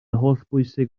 hollbwysig